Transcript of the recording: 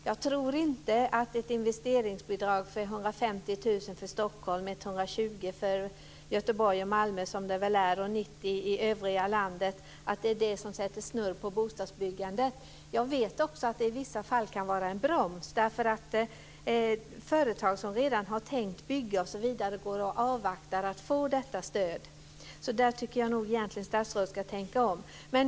Jag tror inte att ett investeringsbidrag på 150 000 för Stockholm, 120 000 för Göteborg och Malmö som det väl är och 90 000 i övriga landet är det som sätter snurr på bostadsbyggandet. Jag vet också att det i vissa fall kan vara en broms. Företag som redan har tänkt bygga går och avvaktar att få detta stöd. Därför tycker jag nog egentligen att statsrådet ska tänka om.